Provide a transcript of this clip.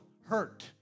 hurt